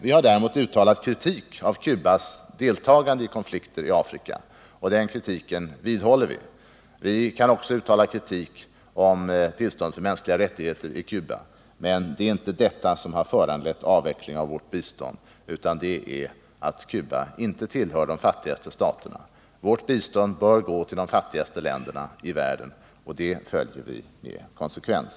Däremot har vi uttalat kritik mot Cuba för dess deltagande i konflikter i Afrika, och den kritiken vidhåller vi. Vi kan också uttala kritik mot de dåliga förhållanden beträffande mänskliga rättigheter som råder på Cuba. Men det är inte detta som föranlett avvecklingen av vårt bistånd, utan anledningen till det är att Cuba inte tillhör de fattigaste staterna. Vårt bistånd bör gå till de faitigaste länderna i världen. Den regeln följer vi konsekvent.